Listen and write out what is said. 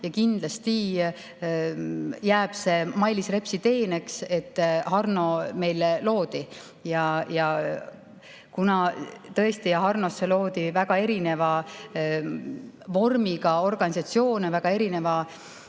ja kindlasti jääb see Mailis Repsi teeneks, et Harno loodi. Kuna tõesti Harnosse loodi väga erineva vormiga organisatsioone, väga erineva